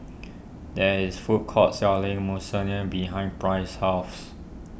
there is food court selling Monsunabe behind Price's house